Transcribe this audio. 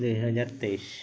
ଦୁଇହଜାର ତେଇଶି